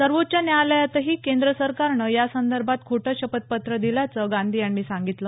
सर्वोच्च न्यायालयातही केंद्र सरकारनं यासंदर्भात खोटं शपथपत्र दिल्याचं गांधी यांनी सांगितलं